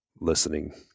listening